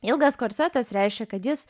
ilgas korsetas reiškia kad jis